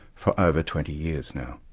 for over twenty years now.